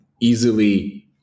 easily